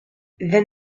then